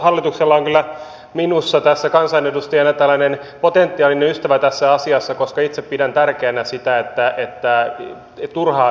hallituksella on kyllä minussa kansanedustajana tällainen potentiaalinen ystävä tässä asiassa koska itse pidän tärkeänä sitä että turhaa sääntelyä vältetään